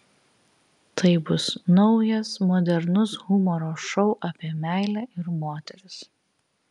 tai bus naujas modernus humoro šou apie meilę ir moteris